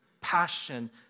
passion